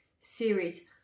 Series